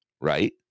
right